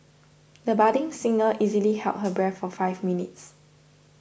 the budding singer easily held her breath for five minutes